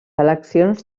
eleccions